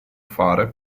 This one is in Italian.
fare